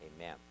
amen